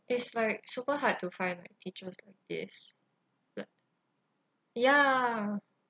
is like super hard to find teachers like this like ya